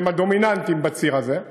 שהם הדומיננטיים בציר הזה,